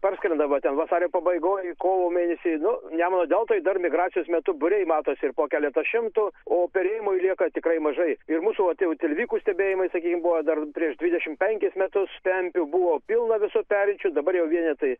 parskrenda va ten vasario pabaigoj kovo mėnesį nu nemuno deltoj dar migracijos metu būriai matosi ir po keletą šimtų o perėjimui lieka tikrai mažai ir mūsų vat jau tilvikų stebėjimai sakykim buvo dar prieš dvidešimt penkis metus pempių buvo pilna visur perinčių dabar jau vienetai